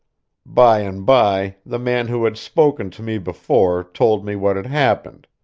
by and by, the man who had spoken to me before told me what had happened.